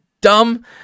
dumb